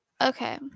Okay